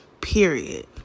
period